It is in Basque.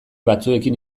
batzuekin